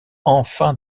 enfin